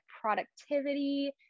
productivity